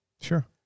Sure